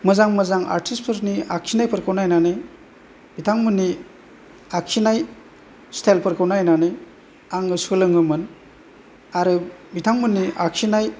मोजां मोजां आर्टिस्तफोरनि आखिनायफोरखौ नायनानै बिथांमोननि आखिनाय स्टाइलफोरखौ नायनानै आङो सोलोङोमोन आरो बिथांमोननि आखिनाय